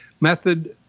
method